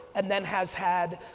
and then has had,